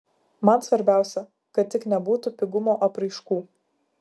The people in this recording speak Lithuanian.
man svarbiausia kad tik nebūtų pigumo apraiškų